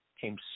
came